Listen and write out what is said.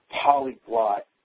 polyglot